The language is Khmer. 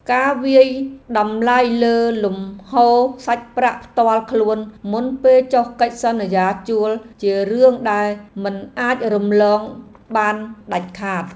ការវាយតម្លៃលើលំហូរសាច់ប្រាក់ផ្ទាល់ខ្លួនមុនពេលចុះកិច្ចសន្យាជួលជារឿងដែលមិនអាចរំលងបានដាច់ខាត។